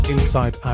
Inside